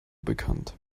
bekannt